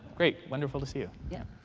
great. wonderful to see you. yeah.